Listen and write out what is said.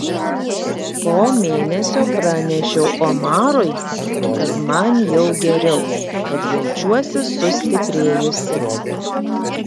po mėnesio pranešiau omarui kad man jau geriau kad jaučiuosi sustiprėjusi